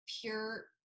pure